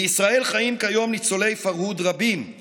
בישראל חיים היום ניצולי רבים של הפרהוד,